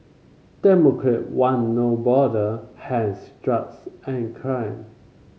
democrat want No Border hence drugs and crime